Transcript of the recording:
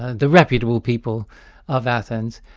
the reputable people of athens,